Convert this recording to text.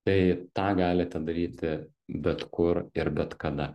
tai tą galite daryti bet kur ir bet kada